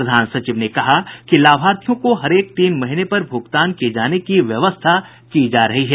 प्रधान सचिव ने कहा कि लाभार्थियों को हरेक तीन महीने पर भुगतान किये जाने की व्यवस्था की जा रही है